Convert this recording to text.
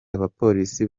abapolisi